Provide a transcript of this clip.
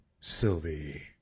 Sylvie